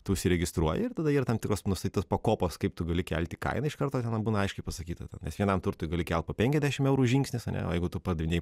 tu užsiregistruoji ir tada yra tam tikros nustatytos pakopos kaip tu gali kelti kainą iš karto tenai būna aiškiai pasakyta ten nes vienam turtui gali kelt po penkiasdešimt eurų žingsnis ane o jeigu tu pardavinėji